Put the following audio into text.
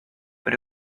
but